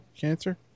cancer